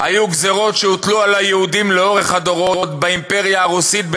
היה גזירה שהוטלה על היהודים לאורך הדורות באימפריה הרוסית.